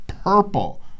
purple